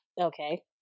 okay